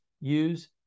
Use